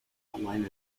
outline